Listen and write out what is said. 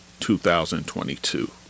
2022